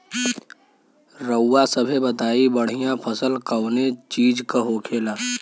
रउआ सभे बताई बढ़ियां फसल कवने चीज़क होखेला?